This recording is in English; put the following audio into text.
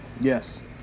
Yes